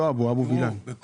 אבו וילן, משפט.